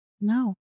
No